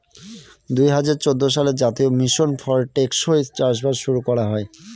দুই হাজার চৌদ্দ সালে জাতীয় মিশন ফর টেকসই চাষবাস শুরু করা হয়